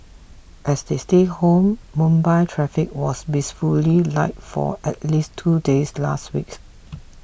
as they stayed home Mumbai's traffic was blissfully light for at least two days last weeks